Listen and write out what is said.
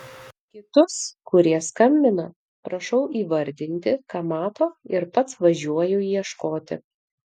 kitus kurie skambina prašau įvardinti ką mato ir pats važiuoju ieškoti